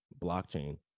blockchain